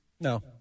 No